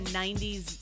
90s